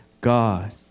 God